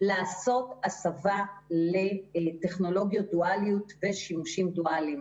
לעשות הסבה לטכנולוגיות דואליות ושימושים דואליים.